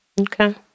Okay